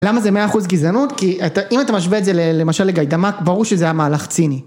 למה זה מאה אחוז גזענות? כי אם אתה משווה את זה למשל לגיידמאק, ברור שזה היה מהלך ציני